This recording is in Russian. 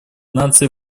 наций